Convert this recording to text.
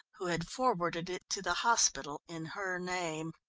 who had forwarded it to the hospital in her name.